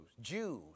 Jews